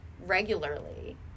regularly